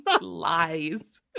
lies